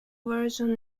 version